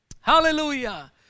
Hallelujah